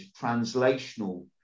translational